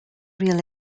real